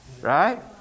Right